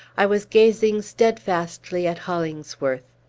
i was gazing steadfastly at hollingsworth.